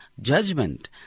judgment